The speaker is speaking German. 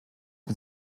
mit